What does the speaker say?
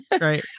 right